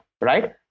right